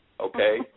okay